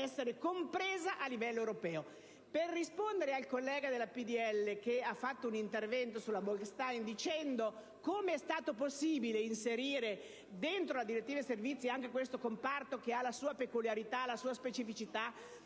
essere compresa a livello europeo. Per rispondere al collega Pastore, che ha svolto un intervento sulla direttiva Bolkestein chiedendo come sia stato possibile inserire nella direttiva servizi anche questo comparto, che ha la sua peculiarità, la sua specificità